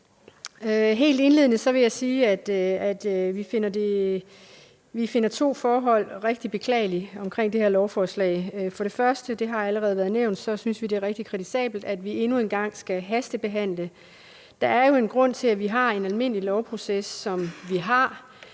helt indledende sige, at der er to forhold i det her lovforslag, som vi finder rigtig beklagelige. For det første, og det har allerede været nævnt, synes vi, det er rigtig kritisabelt, at vi endnu en gang skal have en hastebehandling. Der er jo en grund til, at vi har den almindelige lovproces, som vi har,